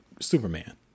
Superman